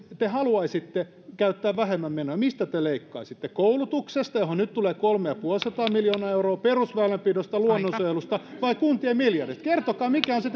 te haluaisitte käyttää vähemmän menoja niin mistä te leikkaisitte koulutuksesta johon nyt tulee kolme ja puolisataa miljoonaa euroa perusväylänpidosta luonnonsuojelusta vai kuntien miljardeista kertokaa mikä on se